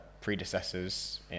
predecessors